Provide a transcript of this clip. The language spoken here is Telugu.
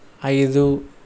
ఐదు